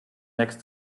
next